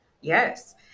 Yes